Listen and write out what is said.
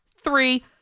three